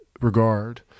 regard